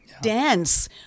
dance